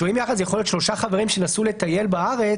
שוהים יחד זה יכול להיות שלושה חברים שנסעו לטייל בארץ,